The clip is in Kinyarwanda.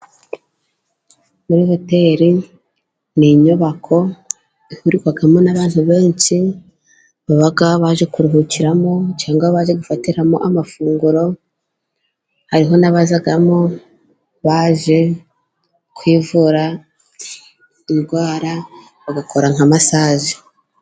Muri hoteri ni inyubako ihurirwamo n'abantu benshi, baba baje kuruhukiramo cyangwa bajya gufatiramo amafunguro, hariho n'abazamo baje kwivura indwara, bagakora nka masaje.